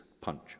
punch